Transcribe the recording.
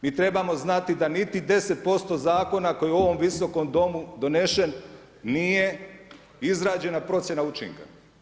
Mi trebamo znati da niti 10% zakona, koji je u ovom Visokom domu donesen, nije izrađena procjena učinka.